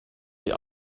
die